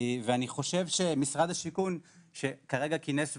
משרד השיכון כינס ועדה,